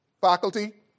Faculty